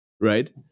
right